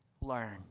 learn